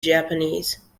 japanese